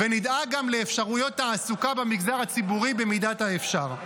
ונדאג גם לאפשרויות תעסוקה במגזר הציבורי במידת האפשר.